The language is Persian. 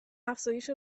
افزایش